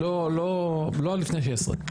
לא לפני 16',